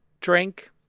drink